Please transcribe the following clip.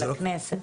של הכנסת.